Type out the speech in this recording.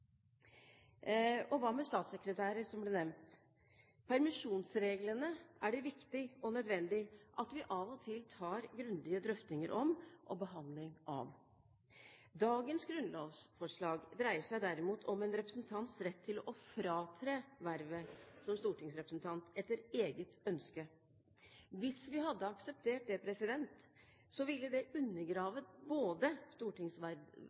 Og hva med statssekretærer, som ble nevnt? Permisjonsreglene er det viktig og nødvendig at vi av og til tar grundige drøftinger om og behandling av. Dagens grunnlovsforslag dreier seg derimot om en representants rett til å fratre vervet som stortingsrepresentant etter eget ønske. Hvis vi hadde akseptert det, ville det